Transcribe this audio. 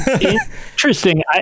Interesting